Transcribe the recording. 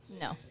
No